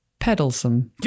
peddlesome